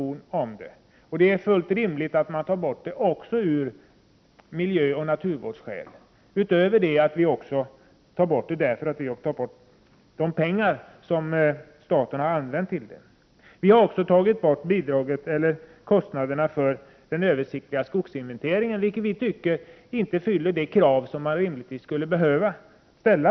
Vi vill ju avskaffa avgifterna, alltså de pengar som staten har använt till detta bidrag, men även av miljöoch naturvårdsskäl är det fullt rimligt att detta bidrag tas bort. Vi vill också ta bort kostnaderna för den översiktliga skogsinventeringen, som vi anser inte fyller de krav som man rimligtvis borde kunna ställa.